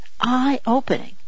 eye-opening